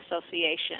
Association